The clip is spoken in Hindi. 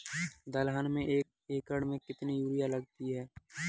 दलहन में एक एकण में कितनी यूरिया लगती है?